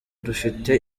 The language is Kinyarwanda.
dufite